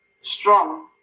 strong